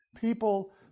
People